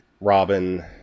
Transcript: Robin